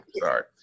Sorry